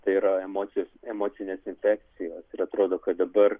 tai yra emocijos emocinės infekcijos ir atrodo kad dabar